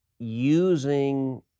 using